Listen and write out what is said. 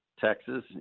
Texas